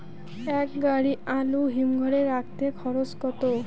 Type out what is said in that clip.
এক গাড়ি আলু হিমঘরে রাখতে খরচ কত?